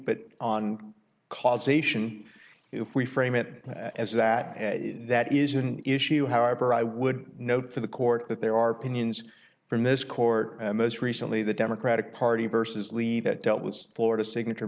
but on causation if we frame it as that that is an issue however i would note for the court that there are pinions from this court and most recently the democratic party versus lee that dealt with florida signature